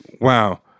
Wow